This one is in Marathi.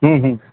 हं हं